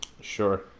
Sure